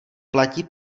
platí